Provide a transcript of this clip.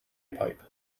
pipe